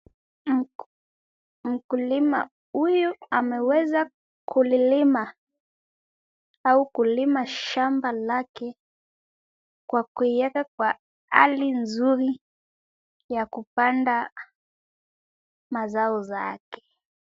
Mkulima huyu ameweza kulilima au kulima shamba lake kwa kuiweka kwa hali nzuri ya kupanda mazao yake.